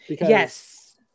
Yes